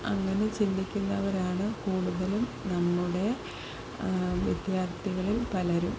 അങ്ങനെ ചിന്തിക്കുന്നവരാണ് കൂടുതലും നമ്മുടെ വിദ്യാർത്ഥികളിൽ പലരും